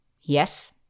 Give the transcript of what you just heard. yes